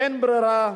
אין ברירה,